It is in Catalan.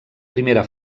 primera